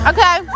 Okay